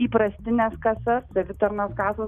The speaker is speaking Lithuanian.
įprastines kasas savitarnos kasos